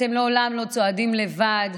אתם לעולם לא צועדים לבד.